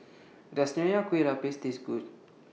Does Nonya Kueh Lapis Taste Good